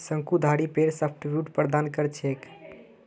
शंकुधारी पेड़ सॉफ्टवुड प्रदान कर छेक